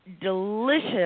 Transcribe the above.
delicious